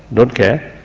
don't care.